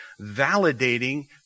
validating